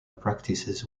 practices